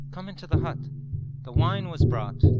come into the hut the wine was brought.